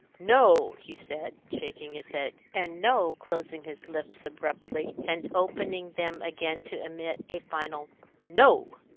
no! he said, shaking his head, and no! closing his lips abruptly, and opening them again to emit a final no!